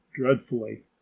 dreadfully